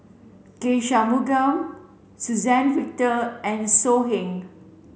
K Shanmugam Suzann Victor and So Heng